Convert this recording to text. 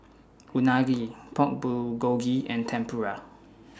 Unagi Pork Bulgogi and Tempura